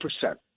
percent